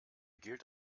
gilt